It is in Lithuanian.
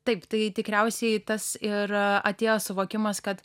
taip tai tikriausiai tas ir atėjo suvokimas kad